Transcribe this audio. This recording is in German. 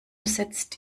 setzt